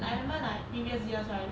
like I remember like previous years right